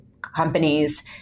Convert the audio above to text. companies